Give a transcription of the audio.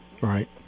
right